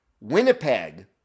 Winnipeg